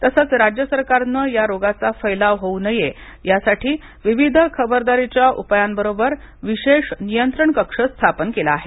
तसच राज्य सरकारने या रोगाचाफैलाव होऊ नये यासाठी विविध खबरदारीच्या उपायांबरोबर विशेष नियंत्रण कक्ष स्थापन केला आहे